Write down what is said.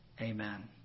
Amen